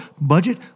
budget